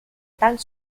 tanc